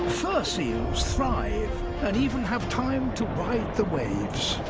fur seals thrive and even have time to ride the waves.